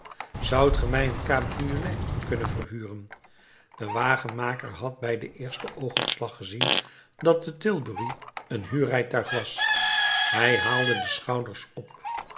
zoudt ge mij een cabriolet kunnen verhuren de wagenmaker had bij den eersten oogopslag gezien dat de tilbury een huurrijtuig was hij haalde de schouders op